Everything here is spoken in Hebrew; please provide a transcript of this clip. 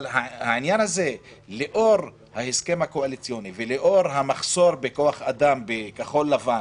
אבל לאור ההסכם הקואליציוני ולאור המחסור בכוח אדם בכחול לבן